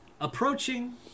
Approaching